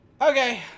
Okay